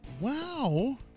Wow